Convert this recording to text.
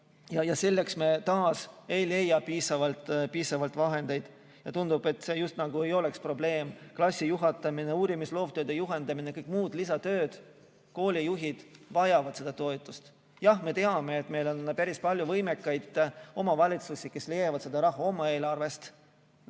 ei leia me taas piisavalt vahendeid ja tundub, et see just nagu ei oleks probleem: klassijuhatamine, uurimis‑ ja loovtööde juhendamine, kõik muud lisatööd. Koolijuhid vajavad seda toetust. Jah, me teame, et meil on päris palju võimekaid omavalitsusi, kes leiavad selle raha oma eelarvest.